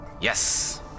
Yes